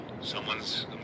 someone's